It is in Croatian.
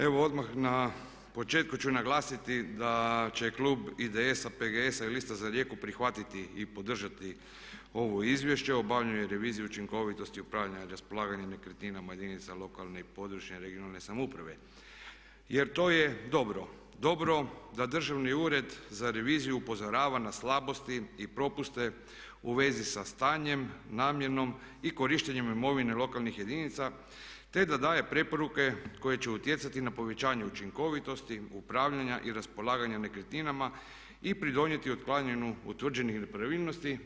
Evo odmah na početku ću naglasiti da će Klub IDS-a, PGS-a i Lista za Rijeku prihvatiti i podržati ovo Izvješće o obavljanju revizije učinkovitosti, upravljanja i raspolaganja nekretninama jedinice lokalne i područne, regionalne samouprave jer to je dobro, dobro da Državni ured za reviziju upozorava na slabosti i propuste u vezi sa stanjem, namjenom i korištenjem imovine lokalnih jedinica, te da daje preporuke koje će utjecati na povećanje učinkovitosti upravljanja i raspolaganja nekretninama i pridonijeti otklanjanju utvrđenih nepravilnosti.